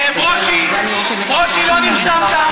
ברושי, ברושי, לא נרשמת.